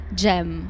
gem